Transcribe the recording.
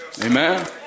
Amen